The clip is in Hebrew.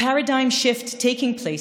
(אומרת דברים בשפה האנגלית,